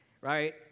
right